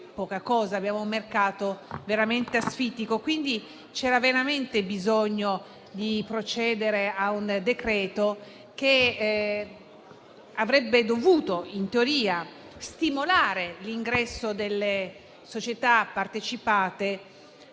abbiamo un mercato veramente asfittico. C'era quindi veramente bisogno di procedere con una misura che avrebbe dovuto in teoria stimolare l'ingresso delle società partecipate